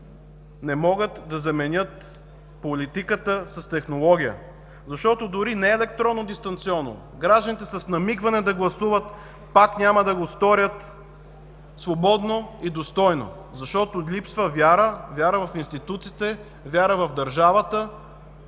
вяра в институциите, вяра в държавата,